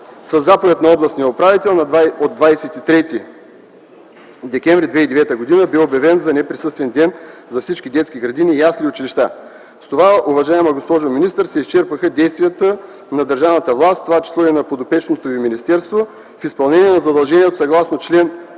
Със заповед на областния управител 23 декември 2009 г. бе обявен за неприсъствен ден за всички детски градини, ясли и училища. С това, уважаема госпожо министър, се изчерпаха действията на държавната власт, в това число и на подопечното Ви министерство в изпълнение на задълженията съгласно чл.